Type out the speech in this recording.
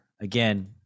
Again